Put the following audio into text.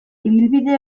ibilbide